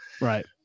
right